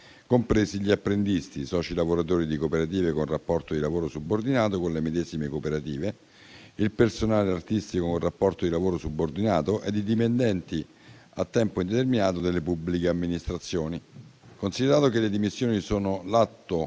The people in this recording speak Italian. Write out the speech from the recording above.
compresi gli apprendisti, i soci lavoratori di cooperative con rapporto di lavoro subordinato con le medesime cooperative, il personale artistico con rapporto di lavoro subordinato e i dipendenti a tempo determinato delle pubbliche amministrazioni. Considerato che: le dimissioni sono l'atto